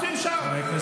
שמשדר לכל העולם.